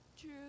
True